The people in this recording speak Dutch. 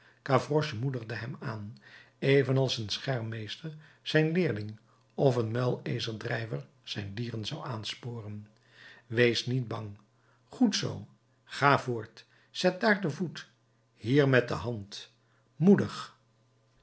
gavroche moedigde hem aan evenals een schermmeester zijn leerlingen of een muilezeldrijver zijn dieren zou aansporen wees niet bang goed zoo ga voort zet dààr den voet hier met de hand moedig